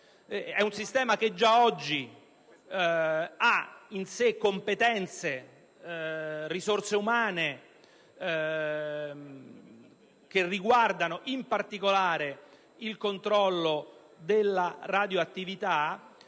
un sistema che già oggi ha in sé competenze, risorse umane, che riguardano in particolare il controllo della radioattività.